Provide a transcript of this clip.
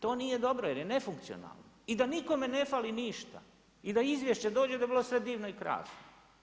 To nije dobro jer je nefunkcionalno i da nikome ne fali ništa i da izvješće dođe da je bilo sve divno i krasno.